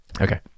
Okay